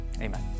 Amen